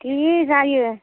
दे जायो